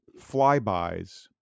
flybys